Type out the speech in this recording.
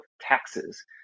taxes